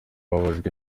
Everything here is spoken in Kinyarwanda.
bababajwe